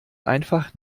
einfach